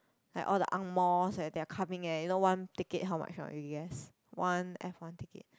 like all the Ang-Mohs eh they are coming eh you know one ticket how much not you guess one F one ticket